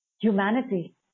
humanity